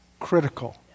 critical